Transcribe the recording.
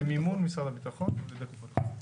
במימון משרד הביטחון, על ידי קופות החולים.